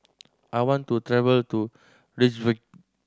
I want to travel to Reykjavik